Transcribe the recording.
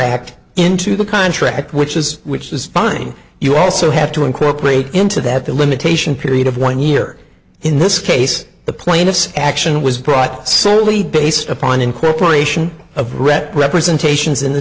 act into the contract which is which is fine you also have to incorporate into that the limitation period of one year in this case the plaintiff's action was brought simply based upon incorporation of ret representations in the